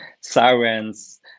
sirens